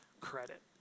credit